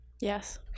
yes